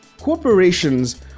corporations